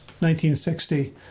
1960